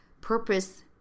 purpose